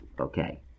Okay